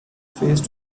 face